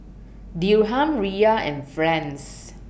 Dirham Riyal and France